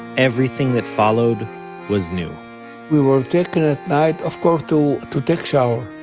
everything that followed was new we were taken at night, of course, to to take shower.